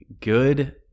good